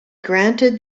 granted